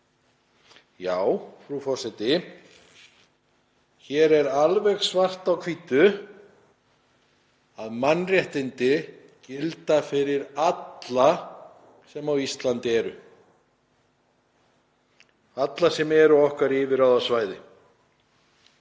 Já, frú forseti, hér stendur alveg svart á hvítu að mannréttindi gilda fyrir alla sem á Íslandi eru, alla sem eru okkar yfirráðasvæði.